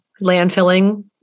landfilling